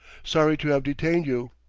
sorry to have detained you.